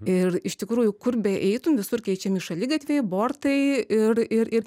ir iš tikrųjų kur beeitum visur keičiami šaligatviai bortai ir ir ir